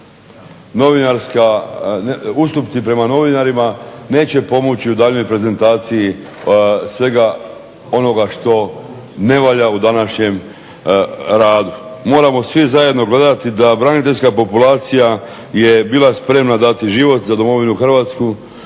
ustupci prema novinarima neće pomoći u daljnjoj prezentaciji svega onoga što ne valja u današnjem radu. Moramo svi zajedno gledati da braniteljska populacija je bila spremna dati život za domovinu Hrvatsku